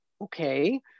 okay